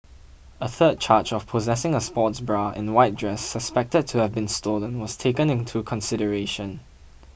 a third charge of possessing a sports bra and white dress suspected to have been stolen was taken into consideration